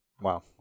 Wow